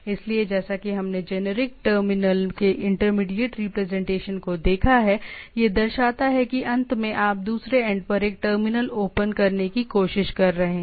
इसलिए जैसा कि हमने जेनेरिक टर्मिनल के इंटरमीडिएट रिप्रेजेंटेशन को देखा है यह दर्शाता है कि अंत में आप दूसरे एंड पर एक टर्मिनल ओपन करने की कोशिश कर रहे हैं